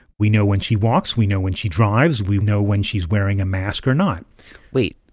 we know when she walks. we know when she drives. we know when she's wearing a mask or not wait.